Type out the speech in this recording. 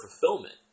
fulfillment